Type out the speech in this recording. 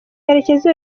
karekezi